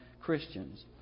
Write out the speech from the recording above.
Christians